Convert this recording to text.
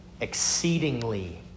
exceedingly